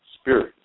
spirit